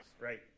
right